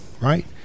right